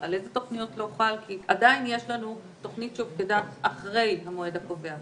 אני יודעת שיש חילוקי דעות לגבי התכנית הכוללנית.